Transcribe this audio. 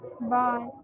bye